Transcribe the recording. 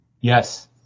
Yes